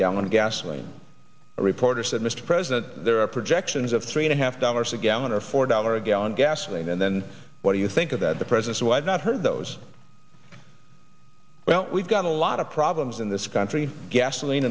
gallon gasoline a reporter said mr president there are projections of three and a half dollars a gallon or four dollar a gallon gasoline and then what do you think of that the president so i've not heard those well we've got a lot of problems in this country gasoline